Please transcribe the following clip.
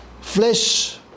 Flesh